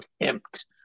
attempt